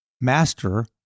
master